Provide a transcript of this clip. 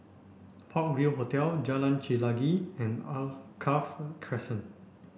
Park View Hotel Jalan Chelagi and Alkaff Crescent